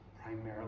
primarily